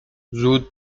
زود